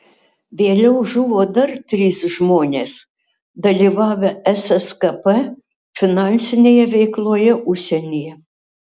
vėliau žuvo dar trys žmonės dalyvavę sskp finansinėje veikloje užsienyje